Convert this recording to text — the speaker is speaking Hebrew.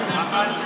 אבל,